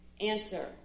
Answer